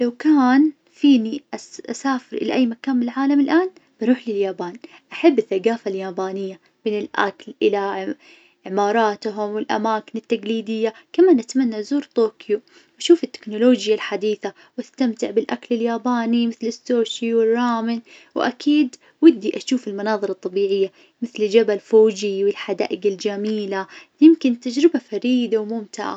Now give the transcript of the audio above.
لو كان فيني أس- أسافر إلى أي مكان بالعالم الآن بروح لليابان، أحب الثقافة اليابانية من الأكل إلى عماراتهم والأماكن التقليدية كما نتمنى نزور طوكيو نشوف التكنولوجيا الحديثة واستمتع بالأكل الياباني مثل السوشي والرامن، وأكيد ودي أشوف المناظر الطبيعية مثل جبل فوجي والحدائق الجميلة، يمكن تجربة فريدة وممتعة.